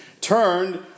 turned